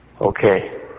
Okay